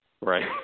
Right